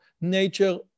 nature